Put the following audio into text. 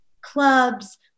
clubs